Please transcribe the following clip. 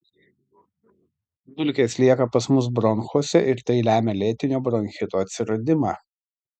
dulkės lieka pas mus bronchuose ir tai lemia lėtinio bronchito atsiradimą